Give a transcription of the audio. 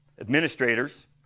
administrators